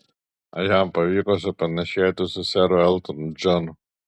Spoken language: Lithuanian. ar jam pavyko supanašėti su seru eltonu džonu